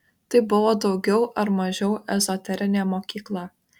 tai buvo daugiau ar mažiau ezoterinė mokykla